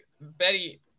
betty